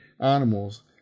animals